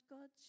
God